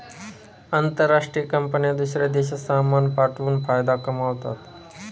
आंतरराष्ट्रीय कंपन्या दूसऱ्या देशात सामान पाठवून फायदा कमावतात